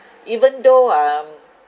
even though um